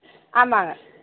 ஆமாம்ங்க